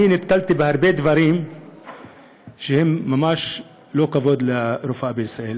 אני נתקלתי בהרבה דברים שהם ממש לא לכבוד הרפואה בישראל.